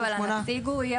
אבל הנציג של